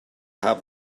have